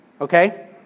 okay